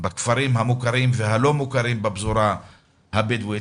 בכפרים המוכרים והלא מוכרים בפזורה הבדואית,